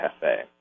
Cafe